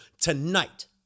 tonight